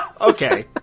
okay